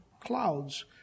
clouds